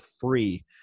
free